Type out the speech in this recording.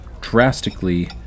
drastically